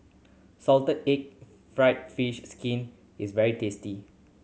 salted egg fried fish skin is very tasty